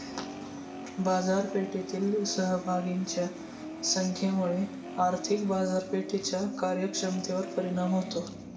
बाजारपेठेतील सहभागींच्या संख्येमुळे आर्थिक बाजारपेठेच्या कार्यक्षमतेवर परिणाम होतो